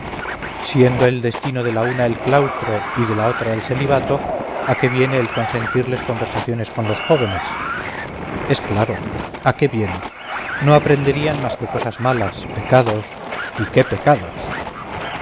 siendo el destino de la una el claustro y de la otra el celibato a qué viene el consentirles conversaciones con los jóvenes es claro a qué viene no aprenderían más que cosas malas pecados y qué pecados